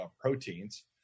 proteins